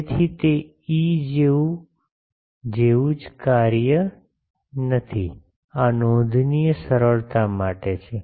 તેથી તે ઇ જેવું જ કાર્ય નથી આ નોંધનીય સરળતા માટે છે